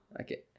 Okay